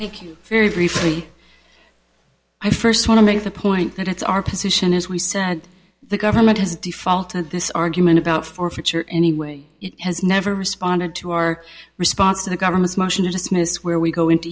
thank you very briefly i first want to make the point that it's our position as we said the government has defaulted this argument about forfeiture anyway has never responded to our response to the government's motion to dismiss where we go in to